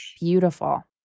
Beautiful